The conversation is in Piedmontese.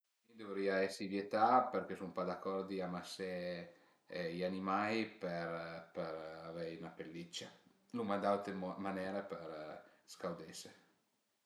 Sëcund mi a düvrìa esi vietà perché sun pa d'acordi a masé i animai për për avei 'na pelliccia, l'uma d'autri mo manere për scaudese